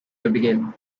abigail